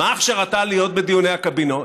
מה הכשרתה להיות בדיוני הקבינט?